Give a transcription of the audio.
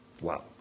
Wow